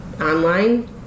online